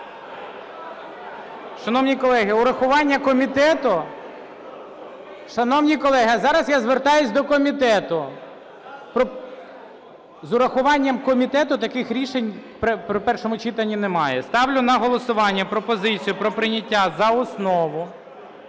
Шановні колеги, а зараз я звертаюсь до комітету. З урахуванням комітету, таких рішень при першому читанні немає. Ставлю на голосування пропозицію про прийняття за основу